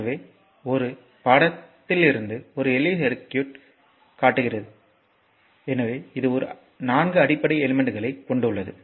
எனவே ஒரு படத்தியிருக்கு ஒரு எளிய எலக்ட்ரிக் சர்க்யூட்யைக் காட்டுகிறது எனவே இது 4 அடிப்படை எலிமெண்ட்களைக் கொண்டுள்ளது